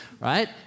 right